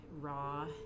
raw